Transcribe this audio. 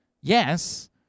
yes